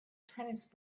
tennis